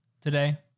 today